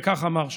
וכך אמר שם: